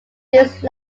these